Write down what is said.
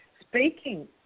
speaking